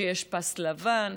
שיש פס לבן,